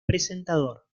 presentador